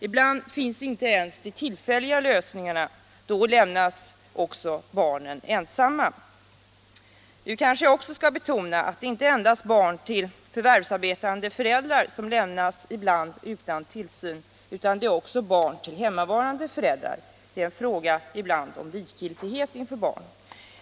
Ibland finns inte ens de tillfälliga lösningarna, och då lämnas barnen också ensamma. Nu kanske jag även bör betona att det inte endast är barn till förvärvsarbetande föräldrar som ibland lämnas utan tillsyn utan också barn till hemmavarande föräldrar. Det kan vara en fråga om likgiltighet inför barnen.